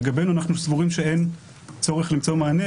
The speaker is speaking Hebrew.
לגבינו אנחנו סבורים שאין צורך למצוא מענה,